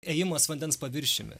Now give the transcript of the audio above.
ėjimas vandens paviršiumi